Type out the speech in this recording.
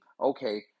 okay